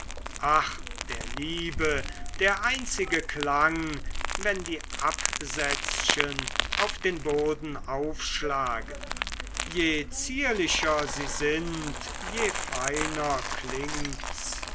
ach der liebe der einzige klang wenn die absätzchen auf den boden aufschlagen je zierlicher sie sind je feiner klingt's